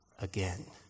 again